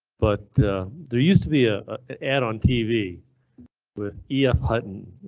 but there used to be a ad on tv with ef hutton.